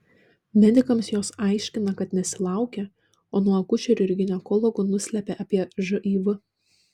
medikams jos aiškina kad nesilaukia o nuo akušerių ir ginekologų nuslepia apie živ